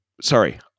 sorry